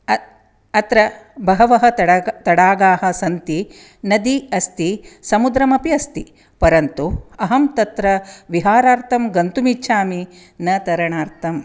अ अत्र बहवः तडागः तडागाः सन्ति नदी अस्ति समुद्रमपि अस्ति परन्तु अहं तत्र विहारार्थं गन्तुमिच्छामि न तरणार्थं